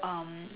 um